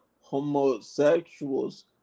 homosexuals